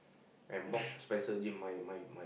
and mop Spencer gym my my my